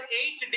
eight